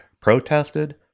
protested